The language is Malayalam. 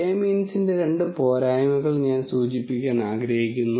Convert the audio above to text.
K മീൻസിന്റെ രണ്ട് പോരായ്മകൾ ഞാൻ സൂചിപ്പിക്കാൻ ആഗ്രഹിക്കുന്നു